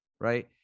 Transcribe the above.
right